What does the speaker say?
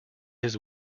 his